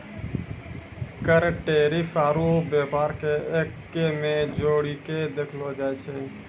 कर टैरिफ आरू व्यापार के एक्कै मे जोड़ीके देखलो जाए छै